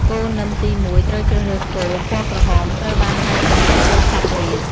គោនឹមទី១ ត្រូវជ្រើសរើសគោ ពណ៌ក្រហម ត្រូវបានហៅថា គោសព្វរាជ។